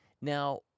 Now